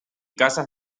casas